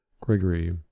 Gregory